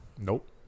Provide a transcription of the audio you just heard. Nope